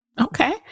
Okay